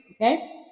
okay